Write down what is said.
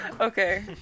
Okay